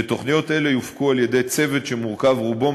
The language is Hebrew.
ותוכניות אלה יופקו על-ידי צוות שמורכב רובו